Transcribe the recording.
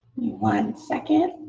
one second.